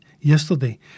yesterday